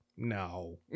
No